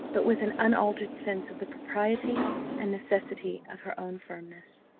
but with an unaltered sense of the propriety and necessity of her own firmness.